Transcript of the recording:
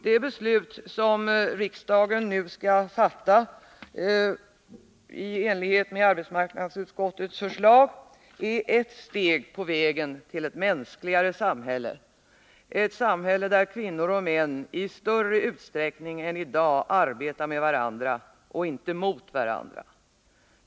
Det beslut som riksdagen nu skall fatta i enlighet med arbetsmarknadsutskottets förslag är ett steg på vägen till ett mänskligare samhälle, ett samhälle där kvinnor och män i större utsträckning än i dag arbetar med varandra, inte mot varandra.